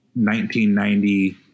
1990